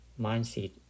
mindset